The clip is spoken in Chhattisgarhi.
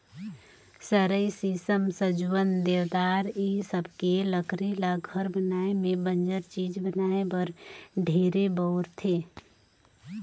सरई, सीसम, सजुवन, देवदार ए सबके लकरी ल घर बनाये में बंजर चीज बनाये बर ढेरे बउरथे